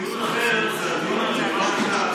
המשפחות, ועדיין יש את הקושי,